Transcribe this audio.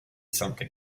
something